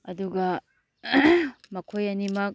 ꯑꯗꯨꯒ ꯃꯈꯣꯏ ꯑꯅꯤꯃꯛ